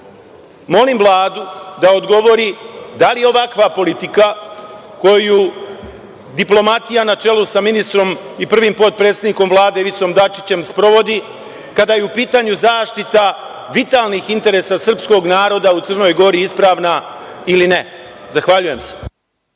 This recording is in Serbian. molim Vladu da li ovakva politika koju diplomatija na čelu sa ministrom i prvim potpredsednikom Ivice Dačića, sprovodi, kada je u pitanju zaštita vitalnih interesa srpskog naroda u Crnoj Gori ispravna ili ne. Zahvaljujem se.